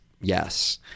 Yes